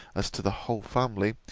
as to the whole family,